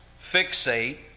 fixate